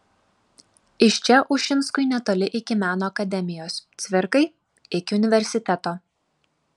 iš čia ušinskui netoli iki meno akademijos cvirkai iki universiteto